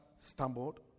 stumbled